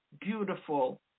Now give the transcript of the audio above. beautiful